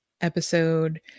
episode